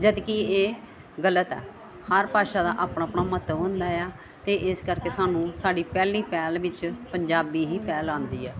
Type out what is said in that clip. ਜਦਕਿ ਇਹ ਗਲਤ ਹੈ ਹਰ ਭਾਸ਼ਾ ਦਾ ਆਪਣਾ ਆਪਣਾ ਮਹੱਤਵ ਹੁੰਦਾ ਆ ਅਤੇ ਇਸ ਕਰਕੇ ਸਾਨੂੰ ਸਾਡੀ ਪਹਿਲੀ ਪਹਿਲ ਵਿੱਚ ਪੰਜਾਬੀ ਹੀ ਪਹਿਲ ਆਉਂਦੀ ਹੈ